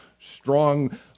strong